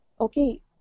Okay